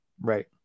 right